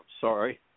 sorry